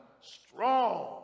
strong